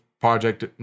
project